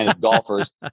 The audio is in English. golfers